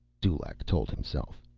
dulaq told himself.